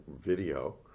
video